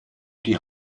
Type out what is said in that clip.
die